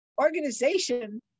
Organization